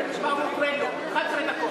של פאולו קואלו, "אחת-עשרה דקות".